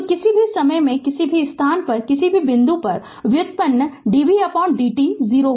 तो किसी भी समय किसी भी स्थान पर किसी भी बिंदु पर व्युत्पन्न dvdt 0 होगा